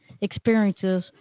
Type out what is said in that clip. experiences